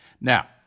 Now